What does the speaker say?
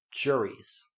juries